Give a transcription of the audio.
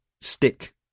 stick